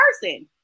person